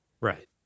right